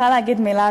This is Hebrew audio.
מוכרחה להגיד מילה,